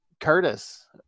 Curtis